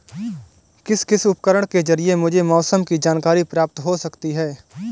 किस किस उपकरण के ज़रिए मुझे मौसम की जानकारी प्राप्त हो सकती है?